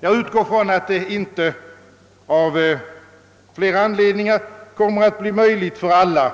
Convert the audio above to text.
Jag utgår från att det av flera anledningar inte kommer att bli möjligt för alla